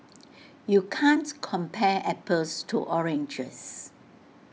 you can't compare apples to oranges